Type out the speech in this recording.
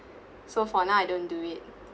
so for now I don't do it